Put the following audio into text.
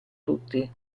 tutti